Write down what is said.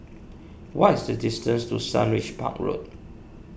what is the distance to Sundridge Park Road